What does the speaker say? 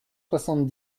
soixante